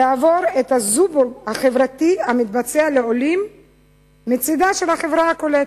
לעבור את ה"זובור" החברתי המתבצע לעולים מצדה של החברה הקולטת,